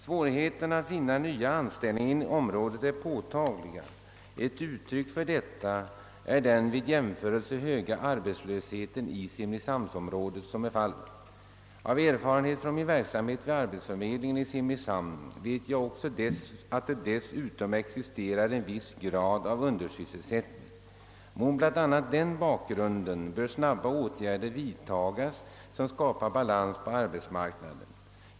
Svårigheterna att finna nya anställningar inom området är påtagliga. Ett uttryck härför är den jämförelsevis höga arbetslöshet som förekommer i simrishamnsområdet. Genom min verksamhet vid arbetsförmedlingen i Simrishamn vet jag också att det existerar en viss grad av undersysselsättning. Mot bl.a. den bakgrunden bör snabba åtgärder vidtagas som skapar balans på arbetsmarknaden.